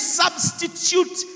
substitute